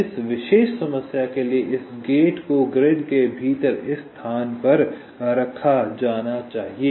तो इस विशेष समस्या के लिए इस गेट को ग्रिड के भीतर इस स्थान पर रखा जाना चाहिए